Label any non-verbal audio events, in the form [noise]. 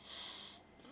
[noise]